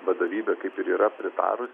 vadovybė kaip ir yra pritarus